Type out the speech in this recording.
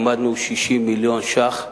העמדנו 60 מיליון שקלים,